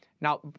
Now